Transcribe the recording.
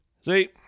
See